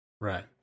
Right